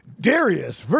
Darius